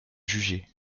juger